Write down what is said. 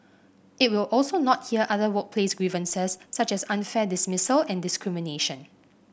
it will also not hear other workplace grievances such as unfair dismissal and discrimination